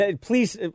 Please